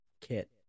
kit